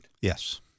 Yes